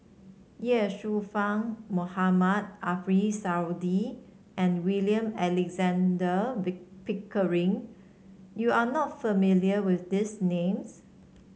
Ye Shufang Mohamed Ariff Suradi and William Alexander Pickering you are not familiar with these names